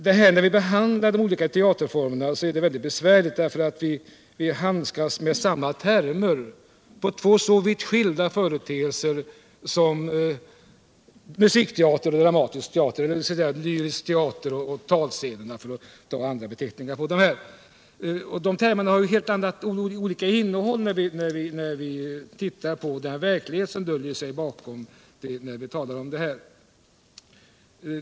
Att behandla de olika teaterformerna är väldigt besvärligt, eftersom vi handskas med samma termer för två så vitt skilda företeelser som musikteater och dramatisk teater — eller lyrisk teater och talscener, för att använda andra beteckningar. Termerna har helt olika innehåll, när man ser på den verklighet som döljer sig bakom.